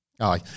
aye